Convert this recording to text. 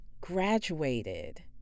graduated